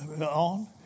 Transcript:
on